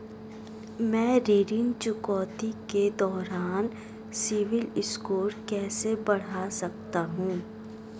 मैं ऋण चुकौती के दौरान सिबिल स्कोर कैसे बढ़ा सकता हूं?